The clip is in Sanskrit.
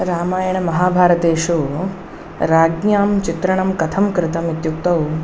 रामायणमहाभारतेषु राज्ञां चित्रणं कथं कृतम् इत्युक्तौ